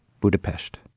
Budapest